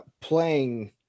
playing